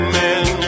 men